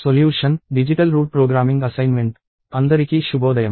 solution digital root programming assignment అందరికీ శుభోదయం